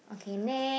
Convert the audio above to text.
okay net